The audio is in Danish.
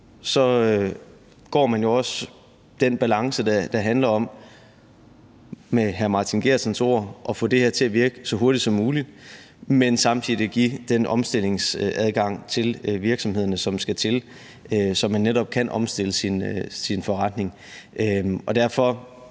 så er der jo også den balance, der handler om – med hr. Martin Geertsens ord – at få det her til at virke så hurtigt som muligt, men samtidig at give den omstillingsadgang til virksomhederne, som skal til, så man netop kan omstille sin forretning. Derfor